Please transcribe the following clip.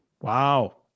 Wow